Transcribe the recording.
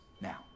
now